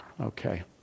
Okay